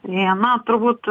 viena turbūt